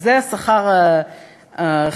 אז זה השכר החציוני.